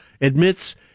admits